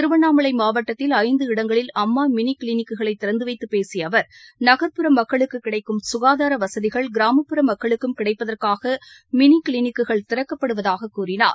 திருவன்ணாமலை மாவட்டத்தில் ஐந்து இடங்களில் அம்மா மினி கிளினிக்குகளை திறந்து வைத்து பேசிய அவர் நகர்ப்புற மக்களுக்கு கிடைக்கும் சுகாதார வசதிகள் கிராமப்புற மக்களுக்கும் கிடைப்பதற்காக மினி கிளினிக்குகள் திறக்கப்படுவதாக கூறினார்